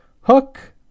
hook